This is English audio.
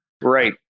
right